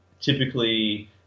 typically